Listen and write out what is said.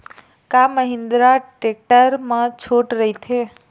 का महिंद्रा टेक्टर मा छुट राइथे?